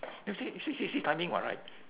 you see see see see timing what right